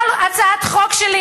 כל הצעת חוק שלי,